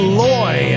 loy